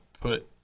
put